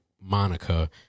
Monica